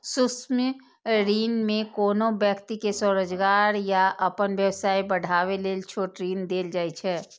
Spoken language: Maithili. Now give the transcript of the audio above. सूक्ष्म ऋण मे कोनो व्यक्ति कें स्वरोजगार या अपन व्यवसाय बढ़ाबै लेल छोट ऋण देल जाइ छै